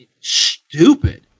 stupid